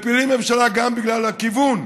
מפילים ממשלה גם בגלל הכיוון,